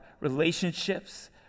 relationships